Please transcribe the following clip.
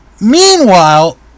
Meanwhile